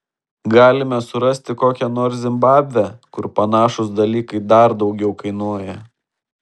galime surasti kokią nors zimbabvę kur panašūs dalykai dar daugiau kainuoja